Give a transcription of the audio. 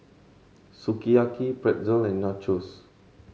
Sukiyaki Pretzel and Nachos